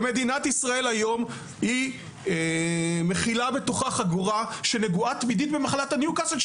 היום מדינת ישראל מכילה בתוכה חגורה שנגועה תמידית בניוקאסל,